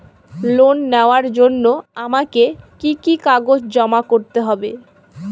Loan নেওয়ার জন্য আমাকে কি কি কাগজ জমা করতে হবে?